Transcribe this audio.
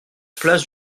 place